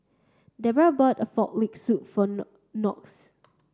Debra bought a frog leg soup for Knox